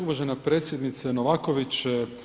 Uvažena predsjednice Novaković.